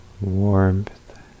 Warmth